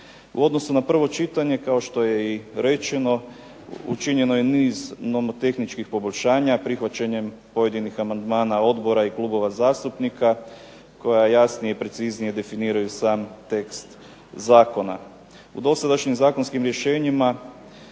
U odnosu na prvo čitanje kao što je i rečeno, učinjeno je niz nomotehničkih poboljšanja, prihvaćanje pojedinih amandmana odbora i klubova zastupnika, koja jasnije i preciznije definiraju sam tekst zakona. U dosadašnjim zakonskim rješenjima